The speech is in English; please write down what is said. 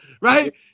right